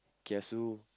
kiasu